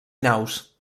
naus